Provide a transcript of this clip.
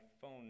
phone